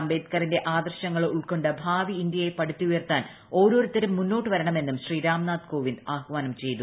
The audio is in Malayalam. അംബേദ്കറിന്റെ ആദർശങ്ങൾ ഉൾപ്പ്കൊണ്ട് ഭാവി ഇന്ത്യയെ പടുത്തുയർത്താൻ ഓരോരുത്ത്രുപ്പ് മുന്നോട്ടു വരണമെന്നും ശ്രീരാംനാഥ് കോവിന്ദ് ആഹ്വാന്യം ചെയ്തു